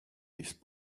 these